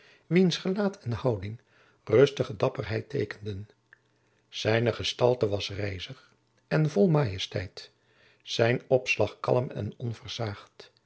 wiens gelaat en houding rustige dapperheid teekenden zijne gestalte was rijzig en vol majesteit zijn opslag kalm en